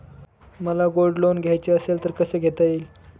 मला gold loan घ्यायचे असेल तर कसे घेता येईल?